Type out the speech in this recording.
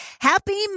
Happy